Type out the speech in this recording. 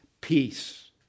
peace